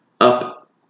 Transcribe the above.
up